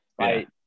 Right